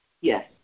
Yes